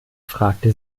fragte